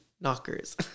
knockers